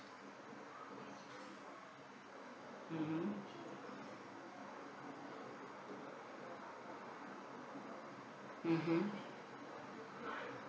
mmhmm mmhmm